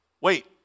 Wait